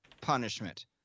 punishment